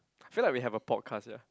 feel like we have a podcast ya